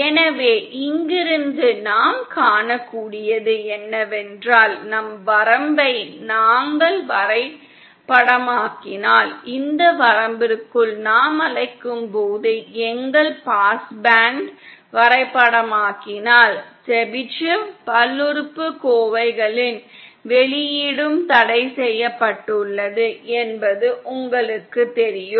எனவே இங்கிருந்து நாம் காணக்கூடியது என்னவென்றால் நம் வரம்பை நாங்கள் வரைபடமாக்கினால் இந்த வரம்பிற்குள் நாம் அழைக்கும் போது எங்கள் பாஸ்பேண்டை வரைபடமாக்கினால் செபிஷேவ் பல்லுறுப்புக்கோவைகளின் வெளியீடும் தடைசெய்யப்பட்டுள்ளது என்பது உங்களுக்குத் தெரியும்